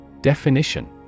Definition